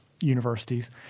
universities